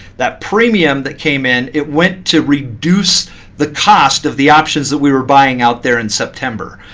that premium that came in, it went to reduce the cost of the options that we were buying out there in september.